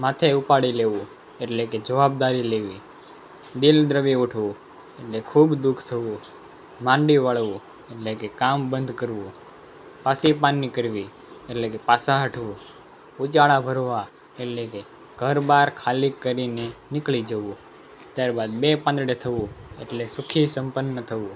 માથે ઉપાડી લેવું એટલે કે જવાબદારી લેવી દિલ દ્રવી ઉઠવું એટલે ખૂબ દુઃખ થવું માંડી વાળવું એટલે કે કામ બંધ કરવું પાછી પાની કરવી એટલે કે પાછા હટવું ઉચાળા ભરવા એટલે કે ઘર બાર ખાલી કરીને નીકળી જવું ત્યાર બાદ બે પાંદડે થવું એટલે કે સુખી સંપન્ન થવું